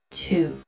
two